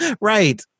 Right